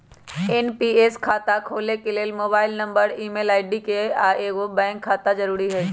NPS खता खोले के लेल मोबाइल नंबर, ईमेल आई.डी, आऽ एगो बैंक खता जरुरी हइ